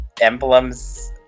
emblems